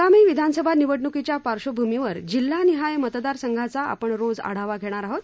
आगामी विधानसभा निवडणुकीच्या पार्श्वभूमीवर जिल्हानिहाय मतदार संघांचा आपण रोज आढावा घेणार आहोत